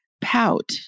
pout